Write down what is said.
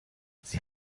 sie